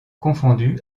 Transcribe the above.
confondu